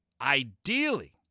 ideally